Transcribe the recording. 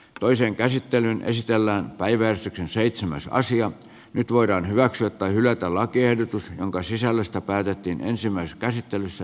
toisen käsittelyn esitellään päivää sitten seitsemäs aasian nyt voidaan hyväksyä tai hylätä lakiehdotus jonka sisällöstä päätettiin ensimmäisessä käsittelyssä